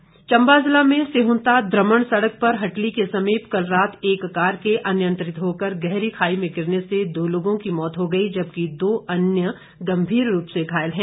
दुर्घटना चम्बा जिला में सिहुंता द्रमण सड़क पर हटली के समीप कल रात एक कार के अनियंत्रित होकर गहरी खाई में गिरने से दो लोगों की मौत हो गई जबकि दो अन्य गंभीर रूप से घायल हैं